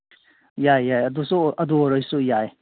ꯌꯥꯏ ꯌꯥꯏ ꯑꯗꯨꯁꯨ ꯑꯗꯨ ꯑꯣꯏꯔꯁꯨ ꯌꯥꯏ